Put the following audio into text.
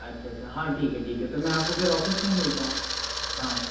अच्छा अच्छा हाँ ठीक है ठीक है तो मैं आपको फिर ऑफिस में ही मिलता हूँ हाँ